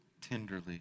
tenderly